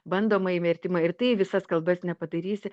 bandomąjį vertimą ir tai į visas kalbas nepadarysi